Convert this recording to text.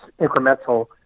incremental